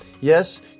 Yes